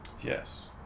Yes